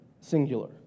singular